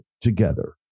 together